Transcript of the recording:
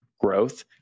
growth